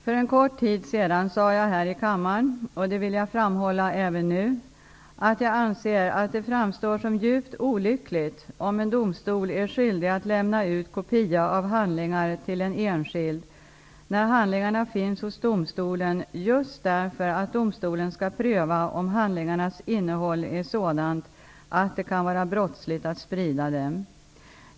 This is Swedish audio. För en kort tid sedan sade jag här i kammaren, och det vill jag framhålla även nu, att jag anser att det framstår som djupt olyckligt om en domstol är skyldig att lämna ut kopia av handlingar till en enskild, när handlingarna finns hos domstolen just därför att domstolen skall pröva om handlingarnas innehåll är sådant att det kan vara brottsligt att sprida dem.